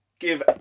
give